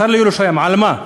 השר לירושלים, על מה?